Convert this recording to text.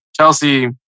Chelsea